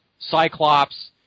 Cyclops